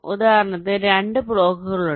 ഉദാഹരണത്തിന് 2 ബ്ലോക്കുകൾ ഉണ്ട്